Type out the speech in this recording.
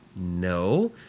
No